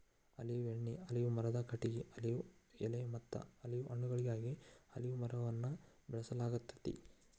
olive ಎಣ್ಣಿ, olive ಮರದ ಕಟಗಿ, ಆಲಿವ್ ಎಲೆಮತ್ತ ಆಲಿವ್ ಹಣ್ಣುಗಳಿಗಾಗಿ ಅಲಿವ್ ಮರವನ್ನ ಬೆಳಸಲಾಗ್ತೇತಿ